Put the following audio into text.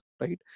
right